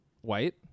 White